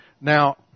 Now